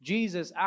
Jesus